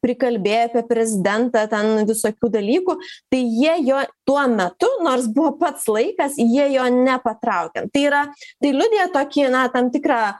prikalbėti prezidentą ten visokių dalykų tai jie jo tuo metu nors buvo pats laikas jie jo nepatraukia tai yra tai liudija tokį na tam tikrą